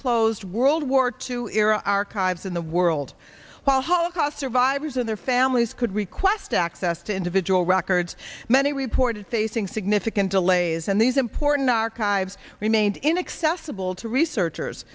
closed world war two era archives in the world while holocaust survivors and their families could request access to individual records many reported facing significant delays and these important archives remained inaccessible to researchers